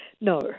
no